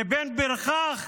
לבין פרחח,